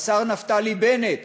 לשר נפתלי בנט,